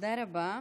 תודה רבה.